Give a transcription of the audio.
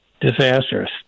disastrous